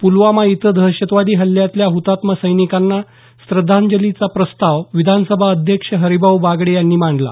पुलवामा इथं दहशतवादी हल्ल्यातल्या हुतात्मा सैनिकांना श्रद्धांजलीचा प्रस्ताव विधानसभा अध्यक्ष हरिभाऊ बागडे यांनी मांडला